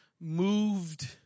moved